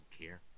care